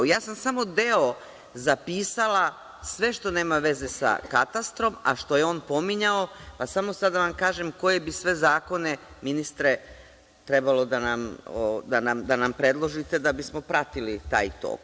Ja sam samo deo zapisala, sve što nema veze sa katastrom a što je on pominjao, pa samo sada da vam kažem koje bi sve zakone, ministre, trebalo da nam predložite da bismo pratili taj tok.